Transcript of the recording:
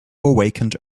awakened